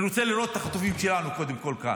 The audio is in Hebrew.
אני רוצה לראות את החטופים שלנו קודם כול כאן,